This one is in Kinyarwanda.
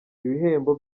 ibihembo